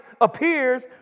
appears